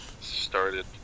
started